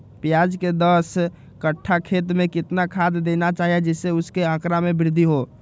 प्याज के दस कठ्ठा खेत में कितना खाद देना चाहिए जिससे उसके आंकड़ा में वृद्धि हो?